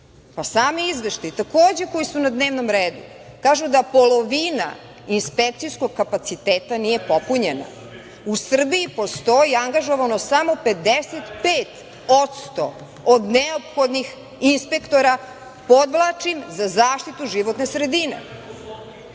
Pa sami izveštaji, takođe koji su na dnevnom redu, kažu da polovina inspekcijskog kapaciteta nije popunjena. U Srbiji postoji angažovano samo 55% od neophodnih inspektora, podvlačim, za zaštitu životne sredine. Pa